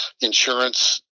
insurance